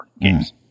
Games